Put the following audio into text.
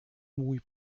mój